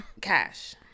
cash